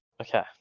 Okay